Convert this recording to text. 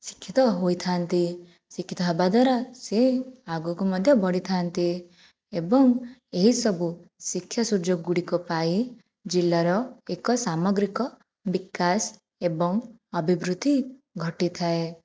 ଶିକ୍ଷିତ ହୋଇଥାନ୍ତି ଶିକ୍ଷିତ ହେବା ଦ୍ୱାରା ସେ ଆଗକୁ ମଧ୍ୟ ବଢ଼ିଥାନ୍ତି ଏବଂ ଏହିସବୁ ଶିକ୍ଷା ସୁଯୋଗ ଗୁଡ଼ିକ ପାଇ ଜିଲ୍ଲାର ଏକ ସାମଗ୍ରିକ ବିକାଶ ଏବଂ ଅଭିବୃଦ୍ଧି ଘଟିଥାଏ